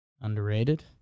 Underrated